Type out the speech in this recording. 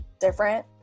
different